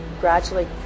gradually